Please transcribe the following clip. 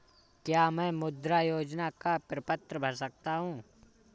क्या मैं मुद्रा योजना का प्रपत्र भर सकता हूँ?